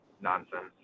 nonsense